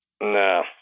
No